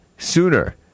Sooner